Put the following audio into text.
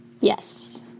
Yes